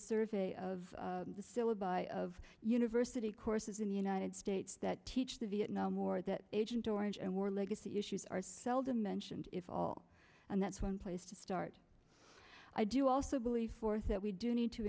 survey of the syllable of university courses in the united states that teach the vietnam war that agent orange and war legacy issues are seldom mentioned if at all and that's one place to start i do also believe that we do need to